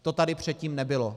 To tady předtím nebylo.